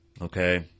okay